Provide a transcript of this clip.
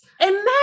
Imagine